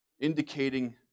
indicating